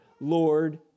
Lord